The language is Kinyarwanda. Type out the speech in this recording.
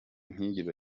ntiyigeze